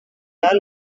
route